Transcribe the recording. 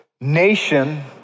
nation